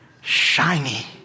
shiny